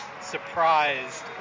surprised